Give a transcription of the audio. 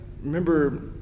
remember